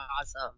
Awesome